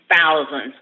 thousands